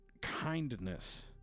Kindness